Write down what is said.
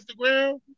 instagram